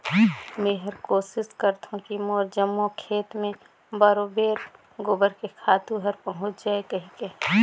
मेहर कोसिस करथों की मोर जम्मो खेत मे बरोबेर गोबर के खातू हर पहुँच जाय कहिके